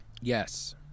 Yes